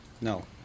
No